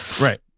Right